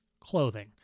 clothing